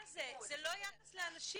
מה זה, זה לא יחס לאנשים,